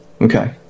Okay